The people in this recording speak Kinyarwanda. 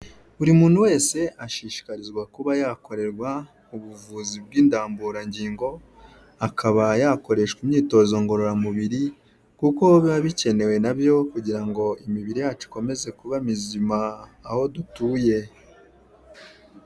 Buri muntu wese ashishikarizwa kuba yakorerwa ubuvuzi bw'indamburangingo akaba yakore imyitozo ngororamubiri kuko biba bikenewe nabyo kugira ngo imibiri yacu ikomeze kuba mizima aho dutuye.